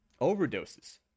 overdoses